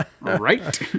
Right